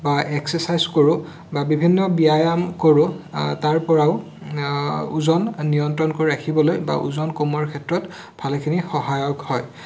বা এক্সচাৰচাইজ কৰোঁ বা বিভিন্ন ব্যায়াম কৰোঁ তাৰপৰাও ওজন নিয়ন্ত্ৰণ কৰি ৰাখিবলৈ বা ওজন কমোৱাৰ ক্ষেত্ৰত ভালেখিনি সহায়ক হয়